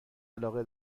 علاقه